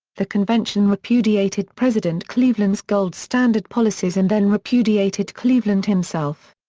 the convention repudiated president cleveland's gold standard policies and then repudiated cleveland himself.